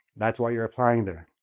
that's why you're applying there.